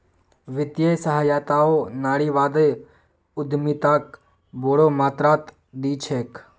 वित्तीय सहायताओ नारीवादी उद्यमिताक बोरो मात्रात दी छेक